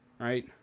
Right